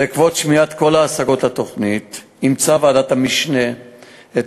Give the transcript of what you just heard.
בעקבות שמיעת כל ההשגות לתוכנית אימצה ועדת המשנה את